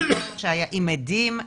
עם עדים,